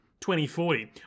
2040